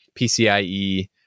PCIe